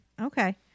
Okay